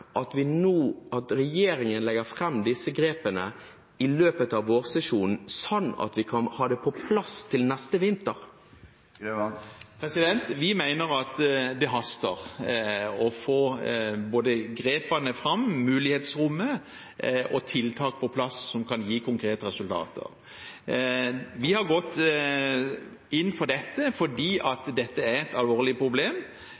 at regjeringen legger fram disse grepene i løpet av vårsesjonen, sånn at vi kan ha dem på plass til neste vinter? Vi mener at det haster både med å få grepene fram og mulighetsrommet og tiltak på plass som kan gi konkrete resultater. Vi har gått inn for dette, fordi dette er et alvorlig problem.